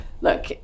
look